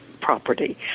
property